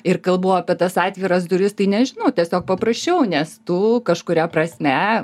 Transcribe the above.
ir kalbu apie tas atviras duris tai nežinau tiesiog paprasčiau nes tu kažkuria prasme